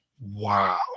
Wow